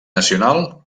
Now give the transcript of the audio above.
nacional